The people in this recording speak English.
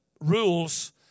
rules